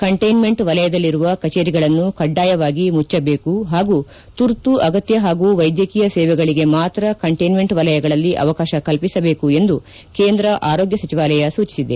ಕಂಟ್ಲೆನ್ಸೆಂಟ್ ವಲಯದಲ್ಲಿರುವ ಕಚೇರಿಗಳನ್ನು ಕಡ್ಡಾಯವಾಗಿ ಮುಚ್ಚಬೇಕು ಹಾಗೂ ತುರ್ತು ಅಗತ್ತ ಹಾಗೂ ವೈದ್ಯಕೀಯ ಸೇವೆಗಳಗೆ ಮಾತ್ರ ಕಂಟ್ಲೆನ್ನೆಂಟ್ ವಲಯಗಳಲ್ಲಿ ಅವಕಾಶ ಕಲ್ಪಿಸಬೇಕು ಎಂದು ಕೇಂದ್ರ ಆರೋಗ್ಯ ಸಚಿವಾಲಯ ಸೂಚಿಸಿದೆ